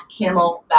Camelback